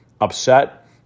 upset